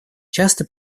часто